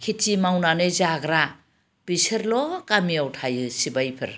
खेति मावनानै जाग्रा बिसोरल' गामियाव थायो सिबायफोर